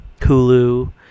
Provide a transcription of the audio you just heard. Hulu